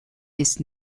ist